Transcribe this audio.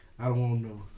i don't want no